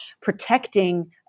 protecting